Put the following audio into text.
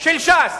של ש"ס,